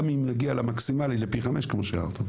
גם אם נגיע למקסימלי, לפי 5 כמו שהערת.